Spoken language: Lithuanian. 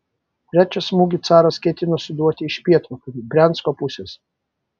trečią smūgį caras ketino suduoti iš pietvakarių briansko pusės